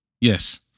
Yes